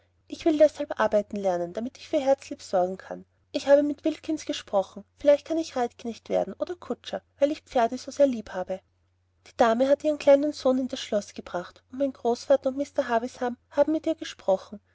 ich wil deshalb arbeiten lernen damit ich für herzlieb sorgen kann ich habe mit wilkins gesprochen filleicht kan ich reitknecht werden oder kutscher weil ich die ferde ser lieb habe die dame hat iren kleinen son in das schlos gebracht und mein großvater und mr havisham haben mit ir gesprochen